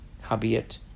Howbeit